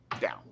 down